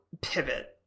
pivot